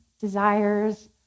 desires